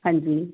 ਹਾਂਜੀ